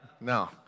No